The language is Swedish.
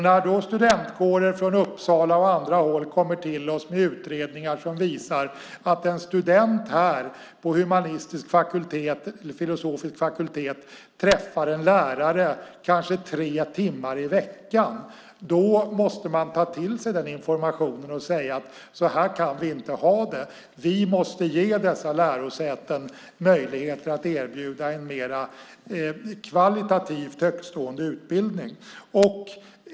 När studentkårer från Uppsala och andra håll kommer till oss med utredningar som visar att en student på humanistisk eller filosofisk fakultet träffar en lärare kanske tre timmar i veckan måste man ta till sig den informationen och säga: Så här kan vi inte ha det. Vi måste ge dessa lärosäten möjligheter att erbjuda en mer kvalitativt högtstående utbildning.